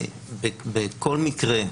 בכל מקרה,